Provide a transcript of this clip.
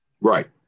Right